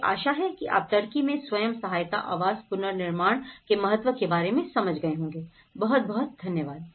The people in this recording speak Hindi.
मुझे आशा है की आप टर्की में स्वयं सहायता आवास पुनर्निर्माण के महत्व के बारे में समझ गए होंगे बहुत बहुत धन्यवाद